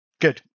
Good